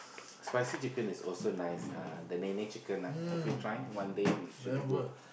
spicy chicken is also nice uh the Nene-Chicken ah have you tried one day we should go